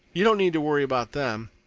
you don't need to worry about them.